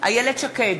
איילת שקד,